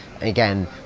again